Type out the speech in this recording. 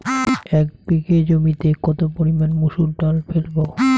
এক বিঘে জমিতে কত পরিমান মুসুর ডাল ফেলবো?